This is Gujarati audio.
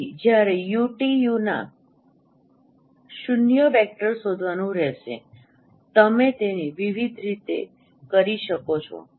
તેથી તમારે 𝑈𝑇𝑈ના 0 વેક્ટર શોધવાનું રહેશે તમે તેને વિવિધ રીતે કરી શકો છો